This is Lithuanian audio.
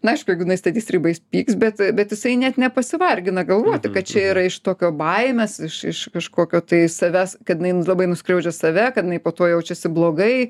na aišku jeigu jinai statys ribą jis pyks bet bet jisai net nepasivargina galvoti kad čia yra iš tokio baimės iš iš kažkokio tai savęs kad jinai labai nuskriaudžia save kad jinai po to jaučiasi blogai